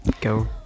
Go